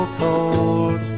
cold